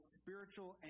spiritual